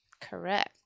Correct